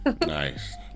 nice